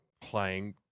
playing